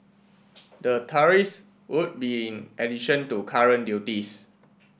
the tariffs would be in addition to current duties